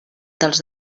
dels